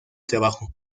trabajo